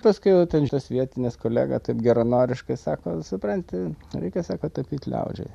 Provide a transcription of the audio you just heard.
paskui jau ten tas vietinis kolega taip geranoriškai sako supranti reikia sako tapyt liaudžiai